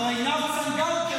אבל עינב צנגאוקר,